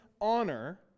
honor